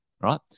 Right